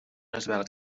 esvelt